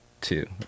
two